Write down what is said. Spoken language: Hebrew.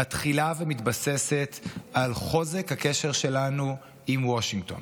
מתחילה ומתבססת על חוזק הקשר שלנו עם וושינגטון,